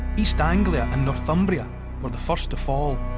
east anglia and northumbria were the first to fall.